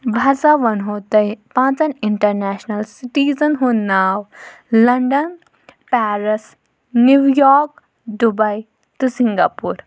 بہٕ ہسا وَنہو تۄہہِ پانٛژَن اِنٹَرنیشنَل سِٹیٖزَن ہُنٛد ناو London Paris New York Dubai تہٕ سِنٛگاپوٗر